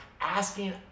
asking